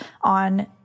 on